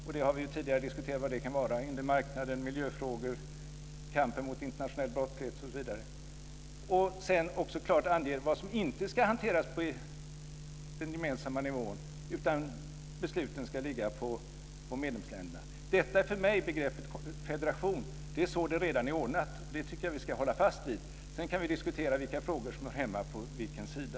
Vi har tidigare diskuterat vad det kan vara; inre marknaden, miljöfrågor, kampen mot internationell brottslighet osv. Man måste också klart ange vad som inte ska hanteras på den gemensamma nivån utan beslutas av medlemsländerna. Detta är för mig begreppet federation. Det är så det redan är ordnat. Det tycker jag att vi ska hålla fast vid. Sedan kan vi diskutera vilka frågor som hör hemma på vilken sida.